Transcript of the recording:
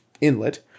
inlet